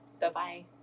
Bye-bye